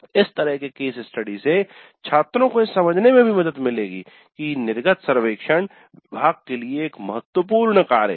इस तरह के केस स्टडी से छात्रों को यह समझाने में भी मदद मिलेगी कि निर्गत सर्वेक्षण विभाग के लिए एक गंभीरमहत्वपूर्ण कार्य है